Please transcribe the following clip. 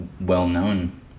well-known